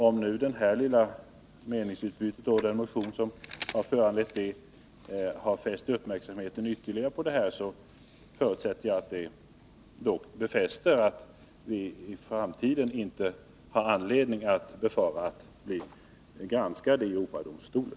Om detta lilla meningsutbyte och den motion som har föranlett det nu ytterligare har fäst uppmärksamheten på frågan, förutsätter jag att det också kommer att innebära att vi i framtiden inte behöver befara att bli granskade i Europadomstolen.